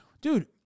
Dude